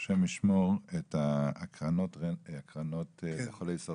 ה' ישמור, את ההקרנות לחולי סרטן.